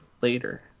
later